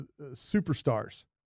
Superstars